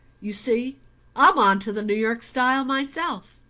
you see i'm onto the new york style myself.